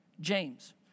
James